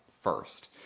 first